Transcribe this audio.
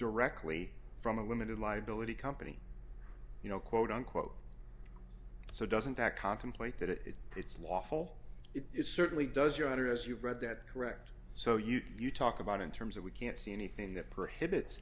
directly from a limited liability company you know quote unquote so doesn't that contemplate that it's lawful it is certainly does your honor as you've read that correct so you talk about in terms of we can't see anything that prohibits